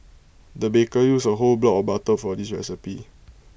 the baker used A whole block of butter for this recipe